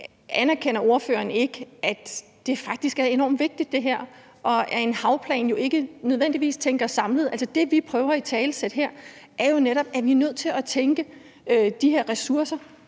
anerkender, at det her faktisk er enormt vigtigt, og at en havplan jo ikke nødvendigvis tænkes samlet? Altså, det, vi prøver at italesætte her, er jo netop, at vi er nødt til at tænke de her ressourcer